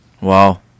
Wow